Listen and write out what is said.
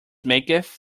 maketh